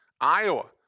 Iowa